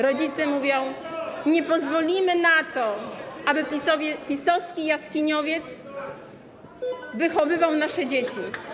Rodzice mówią: Nie pozwolimy na to, aby PiS-owski jaskiniowiec wychowywał nasze dzieci.